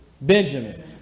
Benjamin